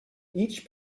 each